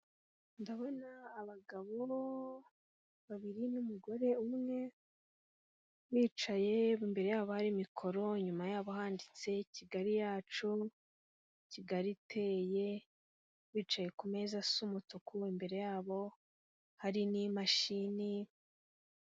Ndabona abagabo babiri n'umugore umwe bicaye imbere yabo hari mikoro, inyuma yabo handitse Kigali yacu, Kigali iteye. Bicaye ku meza asa umutuku, imbere yabo hari n'imashini.